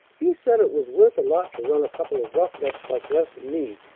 he said it was worth a lot to run a couple of rough-necks like les and me,